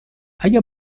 اگه